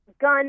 gun